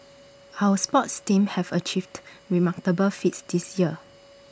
our sports teams have achieved remarkable feats this year